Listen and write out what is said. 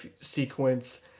sequence